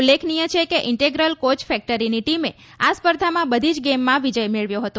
ઉલ્લેખનિય છે કે ઈન્ટેગ્રલ કોચ ફેક્ટરીની ટીમે આ સ્પર્ધામાં બધી જ ગેમમાં વિજય મેળવ્યો હતો